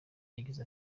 yagize